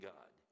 God